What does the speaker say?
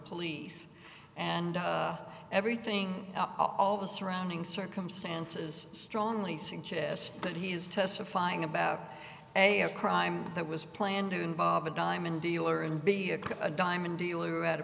police and everything all the surrounding circumstances strongly suggest that he is testifying about a a crime that was planned to involve a diamond dealer and be a diamond dealer a